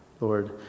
Lord